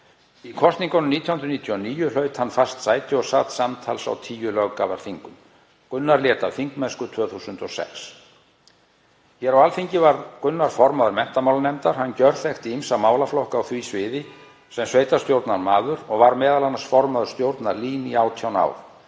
Í kosningunum 1999 hlaut hann fast sæti og sat samtals á 10 löggjafarþingum. Gunnar lét af þingmennsku 2006. Hér á Alþingi varð Gunnar formaður menntamálanefndar. Hann gjörþekkti ýmsa málaflokka á því sviði sem sveitarstjórnarmaður og var m.a. formaður stjórnar LÍN í 18 ár,